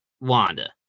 Wanda